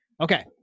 Okay